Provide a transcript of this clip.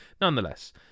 nonetheless